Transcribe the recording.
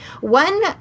One